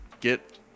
get